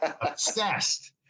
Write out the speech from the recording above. obsessed